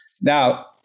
Now